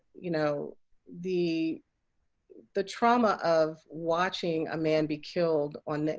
you know the the trauma of watching a man be killed on,